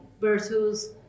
versus